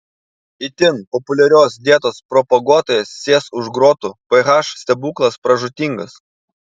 itin populiarios dietos propaguotojas sės už grotų ph stebuklas pražūtingas